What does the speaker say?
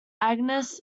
angus